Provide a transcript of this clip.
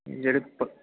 ਜਿਹੜੇ ਪ